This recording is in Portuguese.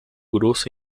grosso